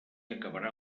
acabarà